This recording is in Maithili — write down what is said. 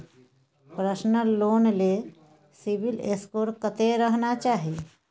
पर्सनल लोन ले सिबिल स्कोर कत्ते रहना चाही?